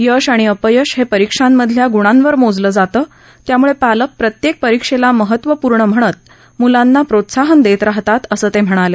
यश आणि अपयश हे परीक्षांमधल्या ग्णांवर मोजलं जातं त्यामुळे पालक प्रत्येक परीक्षेला महत्त्वपूर्ण म्हणत म्लांना प्रोत्साहन देत राहतात असं ते म्हणाले